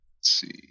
see